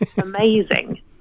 Amazing